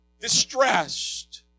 distressed